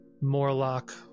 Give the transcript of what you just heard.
Morlock